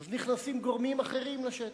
אז נכנסים גורמים אחרים לשטח,